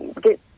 get